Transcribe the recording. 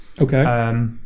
Okay